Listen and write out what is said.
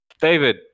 David